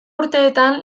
urteetan